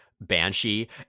Banshee